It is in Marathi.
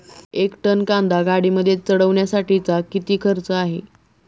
एक टन कांदा गाडीमध्ये चढवण्यासाठीचा किती खर्च आहे?